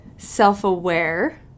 self-aware